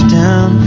down